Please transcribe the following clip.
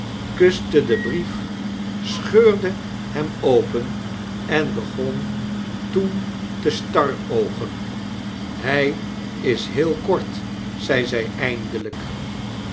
zitten kusteden brief scheurde hem open en begon toen te staroogen hy is heel kort zei zy eindelflkmij